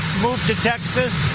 move to texas